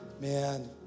Man